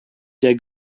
der